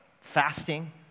fasting